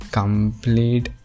complete